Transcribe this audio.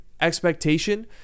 expectation